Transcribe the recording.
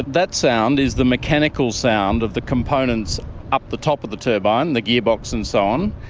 that sound is the mechanical sound of the components up the top of the turbine, the gearbox and so on.